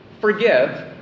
forgive